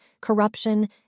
corruption